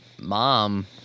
mom